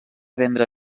vendre